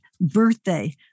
birthday